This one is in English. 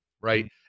right